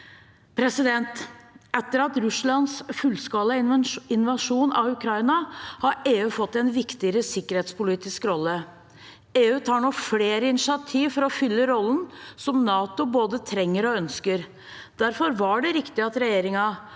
2 pst. Etter Russlands fullskala invasjon av Ukraina har EU fått en viktigere sikkerhetspolitisk rolle, og EU tar nå flere initiativ for å fylle rollen som NATO både trenger og ønsker. Derfor var det riktig at regjeringen